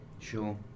Sure